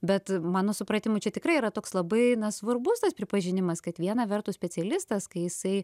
bet mano supratimu čia tikrai yra toks labai svarbus tas pripažinimas kad viena vertus specialistas kai jisai